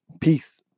Peace